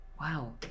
Wow